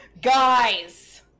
Guys